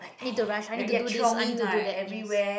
need to rush i need to do this i need to do that yes